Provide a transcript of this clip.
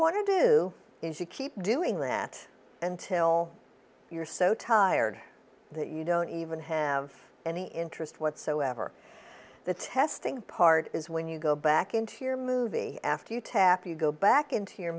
want to do is you keep doing that until you're so tired that you don't even have any interest whatsoever the testing part is when you go back into your movie after you tap you go back into your